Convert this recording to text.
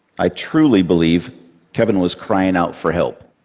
i truly believe kevin was crying out for help.